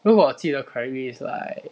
如果我记得 correctly is like